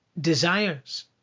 desires